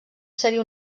seria